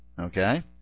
Okay